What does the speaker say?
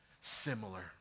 similar